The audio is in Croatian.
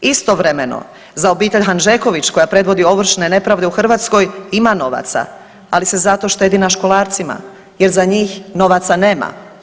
Istovremeno za obitelj Hanžeković koja predvodi ovršne nepravde u Hrvatskoj ima novaca, ali se za to štedi na školarcima jer za njih novaca nema.